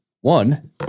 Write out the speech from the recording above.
One